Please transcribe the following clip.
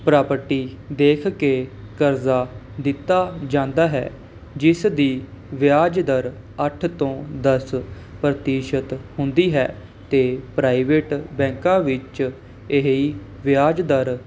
property ਦੇਖ ਕੇ ਕਰਜ਼ਾ ਦਿੱਤਾ ਜਾਂਦਾ ਹੈ ਜਿਸ ਦੀ ਵਿਆਜ ਦਰ ਅੱਠ ਤੋਂ ਦਸ ਪ੍ਰਤੀਸ਼ਤ ਹੁੰਦੀ ਹੈ ਅਤੇ ਪ੍ਰਾਈਵੇਟ ਬੈਂਕਾਂ ਵਿੱਚ ਇਹ ਹੀ ਵਿਆਜ